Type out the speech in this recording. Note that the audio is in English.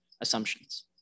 assumptions